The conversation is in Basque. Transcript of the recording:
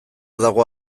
dago